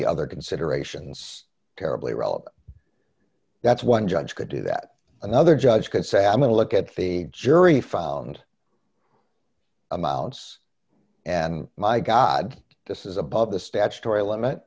the other considerations terribly relevant that's one judge could do that another judge could say i'm going to look at the jury found amounts and my god this is above the statutory limit